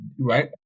right